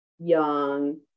young